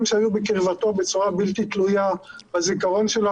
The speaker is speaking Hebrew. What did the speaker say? שהיו בקרבתו בצורה בלתי תלויה בזיכרון שלו,